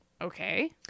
Okay